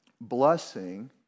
blessing